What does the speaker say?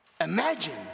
Imagine